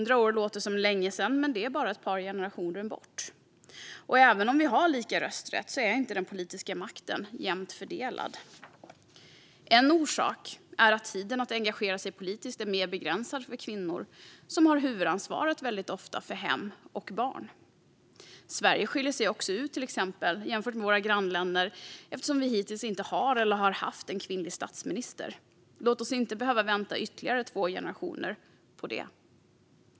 Det låter som länge sedan, men det är bara ett par generationer bort. Och även om vi har lika rösträtt är inte den politiska makten jämnt fördelad. En orsak är att tiden att engagera sig politiskt är mer begränsad för kvinnor, som väldigt ofta har huvudansvaret för hem och barn. Vi i Sverige skiljer oss också från våra grannländer genom att vi hittills inte har haft en kvinnlig statsminister. Låt oss inte behöva vänta ytterligare två generationer på detta.